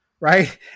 right